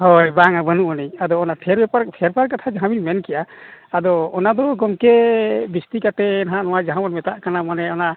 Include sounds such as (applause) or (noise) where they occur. ᱦᱳᱭ ᱵᱟᱝᱟ ᱵᱟᱹᱱᱩᱜ ᱟᱹᱱᱤᱡ ᱟᱫᱚ ᱚᱱᱟ ᱴᱷᱮᱨ ᱵᱮᱯᱟᱨ (unintelligible) ᱠᱟᱛᱟ ᱡᱟᱦᱟᱸ ᱵᱤᱱ ᱢᱮᱱ ᱠᱮᱜᱼᱟ ᱟᱫᱚ ᱚᱱᱟᱫᱚ ᱜᱚᱢᱠᱮ ᱵᱮᱥᱛᱤ ᱠᱟᱛᱮᱫ ᱦᱟᱸᱜ ᱱᱚᱣᱟ ᱡᱟᱦᱟᱸ ᱵᱚᱱ ᱢᱮᱛᱟᱫ ᱠᱟᱱᱟ ᱢᱟᱱᱮ ᱚᱱᱟ